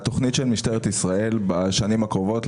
התכנית של משטרת ישראל בשנים הקרובות,